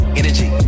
energy